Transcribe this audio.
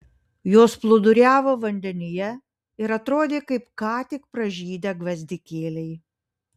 jos plūduriavo vandenyje ir atrodė kaip ką tik pražydę gvazdikėliai